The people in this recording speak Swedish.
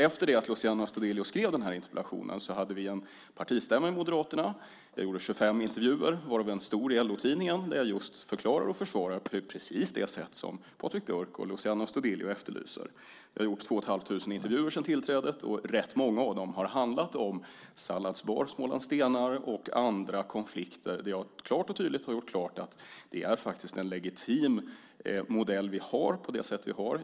Efter det att Luciano Astudillo skrev denna interpellation hade vi en partistämma i Moderaterna. Jag gjorde 25 intervjuer varav en stor i LO-Tidningen där jag just förklarade och försvarade på precis det sätt som Patrik Björck och Luciano Astudillo efterlyser. Jag har gjort två och ett halvt tusen intervjuer sedan tillträdet, och rätt många av dem har handlat om salladsbaren, Smålandsstenar och andra konflikter där jag klart och tydligt har gjort klart att det faktiskt är en legitim modell vi har.